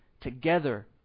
together